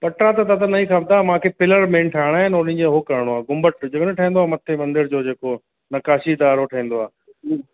पटा त दादा न हीअ खपदा मूंखे पिलर मैन ठाहिरायणा आहिनि हुननि जो उहो करिणो आहे गुंबद जेको न ठहंदो आहे मथे मंदर जो जेको नक्काशीदार हुओ ठहंदो आहे